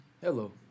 Hello